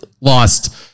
lost